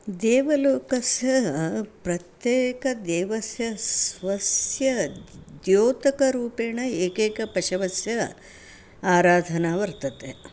देवलोकस्य प्रत्येकदेवस्य स्वस्य द्यौतकरूपेण एकैकपशवस्य आराधना वर्तते